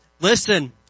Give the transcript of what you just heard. listen